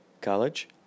College